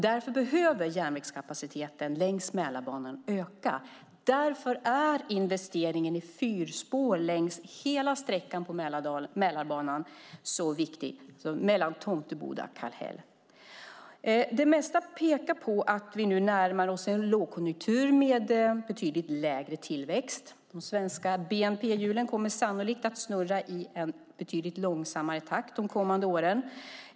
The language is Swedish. Därför behöver järnvägskapaciteten längs Mälarbanan öka, och därför är investeringen i fyrspår längs hela sträckan Tomteboda-Kallhäll på Mälarbanan så viktig. Det mesta pekar på att vi nu närmar oss en lågkonjunktur med betydligt lägre tillväxt. De svenska bnp-hjulen kommer sannolikt att snurra i betydligt långsammare takt de kommande åren.